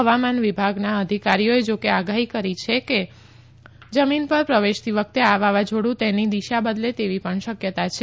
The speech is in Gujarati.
હવામાન વિભાગના અધિકારીઓએ જા કે આગાહી કરી હતી કે જમીન પર પ્રવેશતી વખતે આ વાવાઝોડુ તેની દિશા બદલે તેવી પણ શકયતા છે